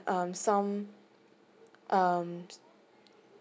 um some um